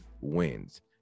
wins